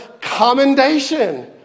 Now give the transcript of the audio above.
commendation